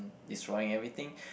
destroying everything